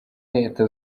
leta